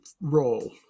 role